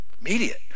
Immediate